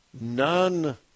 None